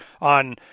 on